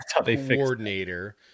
coordinator